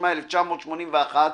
התשמ"א 1981,